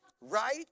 right